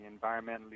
environmentally